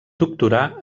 doctorà